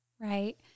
Right